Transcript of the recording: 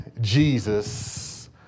Jesus